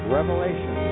Revelation